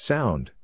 Sound